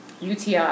UTI